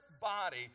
body